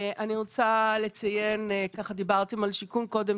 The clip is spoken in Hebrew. דיברתם על שיכון קודם,